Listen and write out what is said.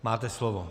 Máte slovo.